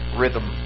rhythm